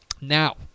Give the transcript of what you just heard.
Now